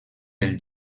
del